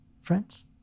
friends